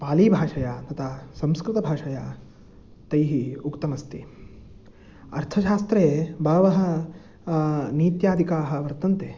पालीभाषया तथा संस्कृतभाषया तैः उक्तमस्ति अर्थशास्त्रे बहवः नीत्यादिकाः वर्तन्ते